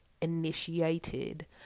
initiated